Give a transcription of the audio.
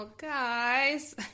Guys